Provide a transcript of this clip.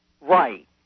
Right